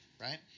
right